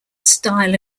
style